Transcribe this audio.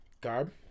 Garb